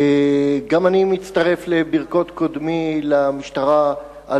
גם אני מצטרף לברכות קודמי למשטרה על